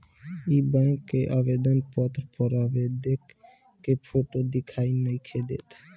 इ बैक के आवेदन पत्र पर आवेदक के फोटो दिखाई नइखे देत